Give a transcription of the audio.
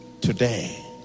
today